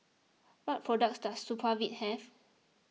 what products does Supravit have